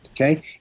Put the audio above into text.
okay